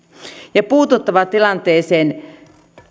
ja puututtava tilanteeseen